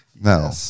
No